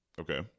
Okay